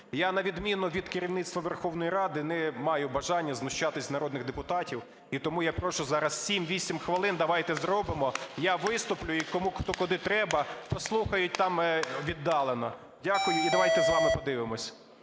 Я, на відміну від керівництва Верховної Ради, не маю бажання знущатися з народних депутатів і тому я прошу зараз 7-8 хвилин давайте зробимо, я виступлю і кому куди треба, послухають там віддалено. Дякую. І давайте з вами подивимося.